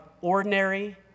ordinary